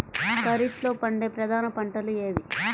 ఖరీఫ్లో పండే ప్రధాన పంటలు ఏవి?